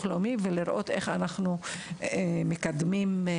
הלאומי ולראות איך אנחנו מקדמים אותה.